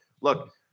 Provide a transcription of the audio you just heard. Look